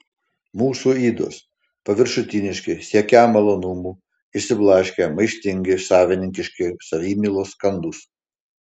mūsų ydos paviršutiniški siekią malonumų išsiblaškę maištingi savininkiški savimylos kandūs